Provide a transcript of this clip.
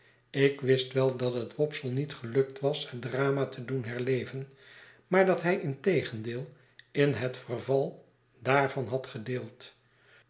ik wist wel dat het wopsle niet gelukt was het drama te doen herleven maar dat hij integendeel in het verval daarvan had gedeeld